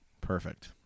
perfect